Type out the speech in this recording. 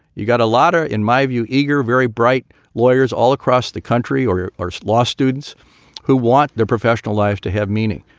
you got a ladder, in my view, eager, very bright lawyers all across the country, or are law students who want their professional life to have meaning.